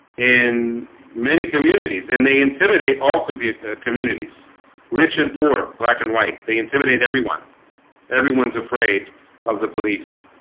in many communities, and they intimidate all computer communities rich and poor black and white they intimidate everyone everyone's afraid of the police